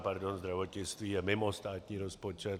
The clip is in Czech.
Pardon, zdravotnictví je mimo státní rozpočet.